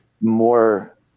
more